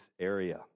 area